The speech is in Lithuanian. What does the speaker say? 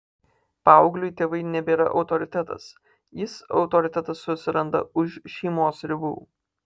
paaugliui tėvai nebėra autoritetas jis autoritetų susiranda už šeimos ribų